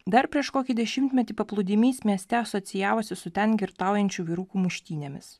dar prieš kokį dešimtmetį paplūdimys mieste asocijavosi su ten girtaujančių vyrukų muštynėmis